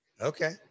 Okay